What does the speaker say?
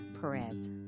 Perez